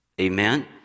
Amen